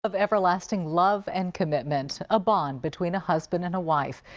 of everlasting love and commitment. a bond between a husband and a wife.